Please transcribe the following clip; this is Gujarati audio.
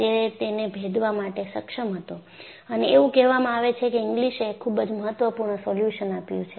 તે તેને ભેદવા માટે સક્ષમ હતો અને એવું કહેવામાં આવે છે કે ઇંગ્લિસ એ ખુબ જ મહત્વપૂર્ણ સોલ્યુશન આપ્યું છે